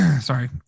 sorry